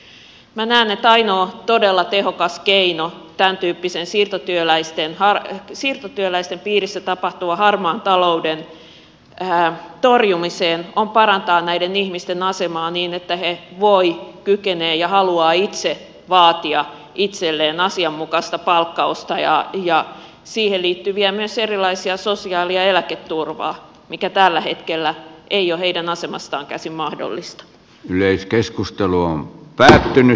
minä näen että ainoa todella tehokas keino tämäntyyppisen siirtotyöläisten piirissä tapahtuvan harmaan talouden torjumiseen on parantaa näiden ihmisten asemaa niin että he voivat kykenevät ja haluavat itse vaatia itselleen asianmukaista palkkausta ja myös siihen liittyviä erilaisia sosiaali ja eläketurvia mikä tällä hetkellä ei ole heidän asemastaan käsin mahdollista yleiskeskustelua mutta hymy